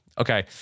Okay